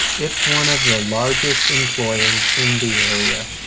it's one of the largest employers in the area.